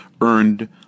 earned